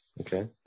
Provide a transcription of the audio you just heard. Okay